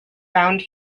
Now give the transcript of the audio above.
found